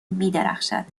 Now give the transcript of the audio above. میدرخشد